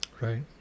right